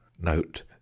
note